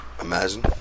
Imagine